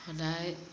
সদায়